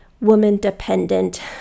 woman-dependent